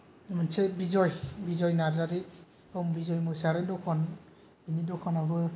मोनसे बिजय बिजय नार्जारि बिजय मसाहारिनि दखान बिनि दखानावबो